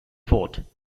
vote